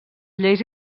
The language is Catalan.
lleis